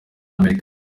amerika